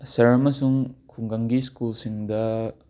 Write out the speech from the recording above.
ꯁꯍꯔ ꯑꯃꯁꯨꯡ ꯈꯨꯡꯒꯪꯒꯤ ꯁ꯭ꯀꯨꯜꯁꯤꯡꯗ